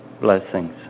Blessings